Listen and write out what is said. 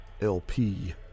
lp